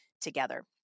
together